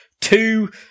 Two